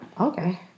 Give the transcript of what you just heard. Okay